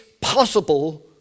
possible